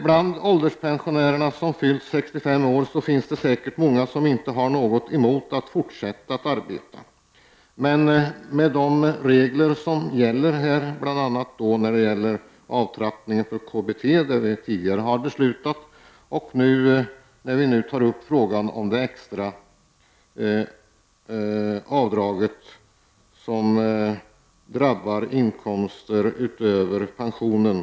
Bland ålderspensionärerna som fyllt 65 år finns det säkert många som inte har något emot att fortsätta att arbeta. Men med de regler som gäller för avtrappningen av KBT och det extra avdraget drabbas den som har inkomster utöver pensionen.